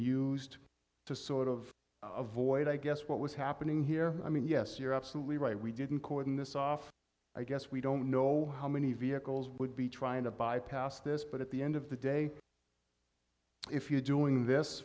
used to sort of avoid i guess what was happening here i mean yes you're absolutely right we didn't cordon this off i guess we don't know how many vehicles would be trying to bypass this but at the end of the day if you're doing this